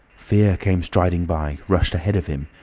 fear came striding by, rushed ahead of him,